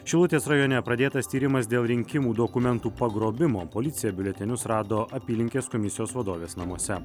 šilutės rajone pradėtas tyrimas dėl rinkimų dokumentų pagrobimo policija biuletenius rado apylinkės komisijos vadovės namuose